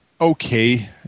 okay